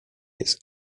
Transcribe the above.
its